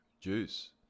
juice